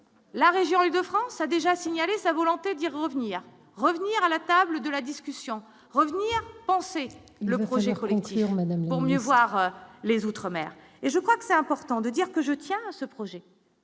La région Île-de-France a déjà signalé sa volonté d'y revenir, revenir à la table de la discussion revenir penser. Le projet Colin sinon mieux. Voir les outre-mer et je crois que c'est important de dire que je tiens à ce projet.